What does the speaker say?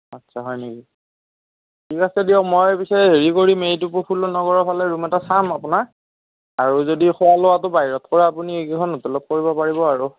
আচ্ছা হয় নেকি ঠিক আছে দিয়ক মই পিছে হেৰি কৰিম এইটো প্ৰফুল্ল নগৰৰ ফালে ৰুম এটা চাম আপোনাৰ আৰু যদি খোৱা লোৱাটো বাহিৰত কৰে আপুনি এইকেইখন হোটেলত কৰিব পাৰিব আৰু